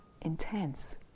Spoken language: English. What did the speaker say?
intense